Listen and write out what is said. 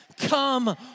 come